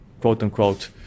quote-unquote